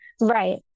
Right